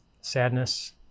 Sadness